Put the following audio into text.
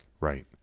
Right